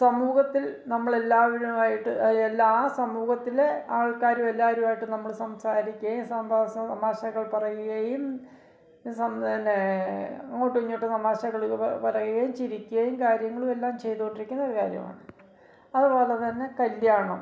സമൂഹത്തിൽ നമ്മൾ എല്ലാവരുമായിട്ട് ആ എല്ലാ സമൂഹത്തിലെ ആൾക്കാരും എല്ലാരുമായിട്ടും നമ്മൾ സംസാരിക്കുകയും സന്തോഷം തമാശകൾ പറയുകയും പിന്നെ അങ്ങോട്ടും ഇങ്ങോട്ടും തമാശകൾ പറയുകയും ചിരിക്കുകയും കാര്യങ്ങളുമെല്ലാം ചെയ്തുകൊണ്ടിരിക്കുന്ന ഒരു കാര്യമാണ് അതുപോലെത്തന്നെ കല്ല്യാണം